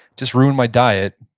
just ruined my diet.